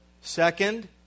Second